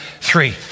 Three